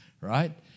right